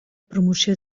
promoció